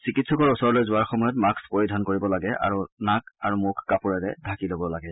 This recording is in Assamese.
চিকিৎসকৰ ওচৰলৈ যোৱাৰ সময়ত মাস্ক পৰিধান কৰিব লাগে বা নাক আৰু মুখ কাপোৰেৰে ঢাকি ল'ব লাগে